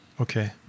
Okay